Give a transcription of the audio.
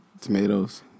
tomatoes